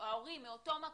מאותו מקום,